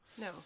No